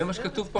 זה מה שכתוב פה.